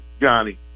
Johnny